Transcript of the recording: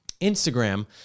Instagram